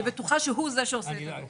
אני בטוחה שהוא זה שעושה את הדוח.